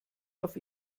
auf